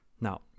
Now